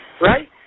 right